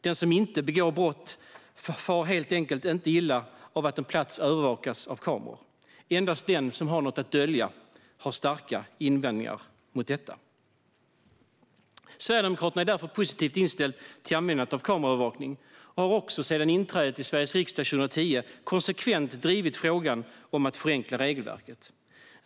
Den som inte begår brott far helt enkelt inte illa av att en plats övervakas med kameror. Endast den som har något att dölja har starka invändningar. Sverigedemokraterna är därför positivt inställda till användandet av kameraövervakning och har sedan inträdet i Sveriges riksdag 2010 konsekvent drivit frågan om att förenkla regelverket.